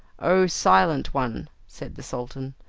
o silent one, said the sultan,